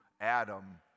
Adam